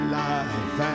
life